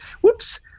Whoops